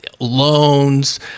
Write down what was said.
Loans